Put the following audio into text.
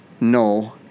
no